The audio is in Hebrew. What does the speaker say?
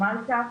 מלטה,